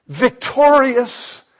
victorious